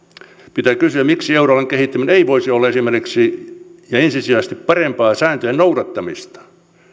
pitää kysyä miksi euroalueen kehittäminen ei voisi olla esimerkiksi ensisijaisesti parempaa sääntöjen noudattamista